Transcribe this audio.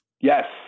Yes